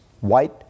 white